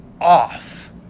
off